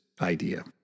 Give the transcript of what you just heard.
idea